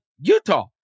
Utah